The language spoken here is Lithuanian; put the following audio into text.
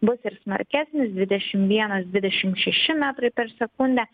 bus ir smarkesnis dvidešimt vienas dvidešimt šeši metrai per sekundę